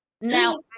Now